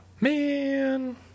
man